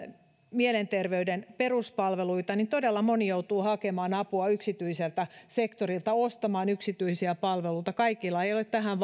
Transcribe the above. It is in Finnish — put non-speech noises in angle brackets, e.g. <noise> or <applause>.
mielenterveyden peruspalveluita niin todella moni joutuu hakemaan apua yksityiseltä sektorilta ostamaan yksityisiä palveluita kaikilla ei ole tähän <unintelligible>